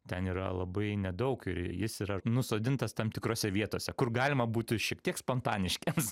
ten yra labai nedaug ir jis yra nusodintas tam tikrose vietose kur galima būti šiek tiek spontaniškiems